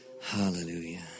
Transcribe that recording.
Hallelujah